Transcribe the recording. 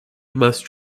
must